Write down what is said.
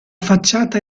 facciata